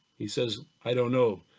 he says, i don't know,